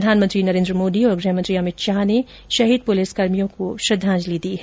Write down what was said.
प्रधानमंत्री नरेन्द्र मोदी और गृहमंत्री अमित शाह ने शहीद पुलिसकर्मियों को श्रद्धांजलि दी है